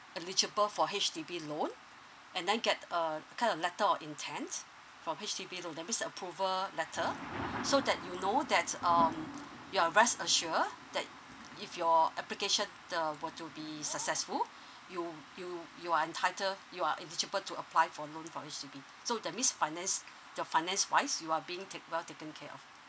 eligible for H_D_B loan and then get a kind of letter of intent from H_D_B loan that means the approval letter so that you know that um you are rest assure that if your application the were to be successful you you you are entitle you are eligible to apply for a loan from H_D_B so that means finance your finance wise you are being take well taken care of